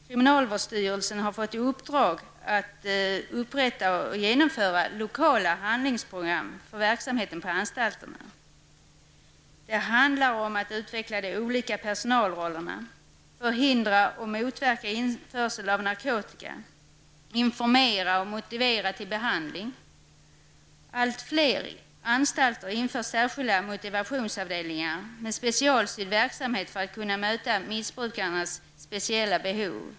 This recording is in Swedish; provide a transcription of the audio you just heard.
Kriminalvårdsstyrelsen har fått i uppdrag att upprätta och genomföra lokala handlingsprogram för verksamheten på anstalterna. Det handlar om att utveckla de olika personalrollerna, förhindra och motverka införsel av narkotika och att informera och motivera till behandling. Allt fler anstalter inför särskilda motivationsavdelningar med specialsydd verksamhet för att kunna möta missbrukarnas speciella behov.